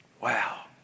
Wow